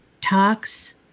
talks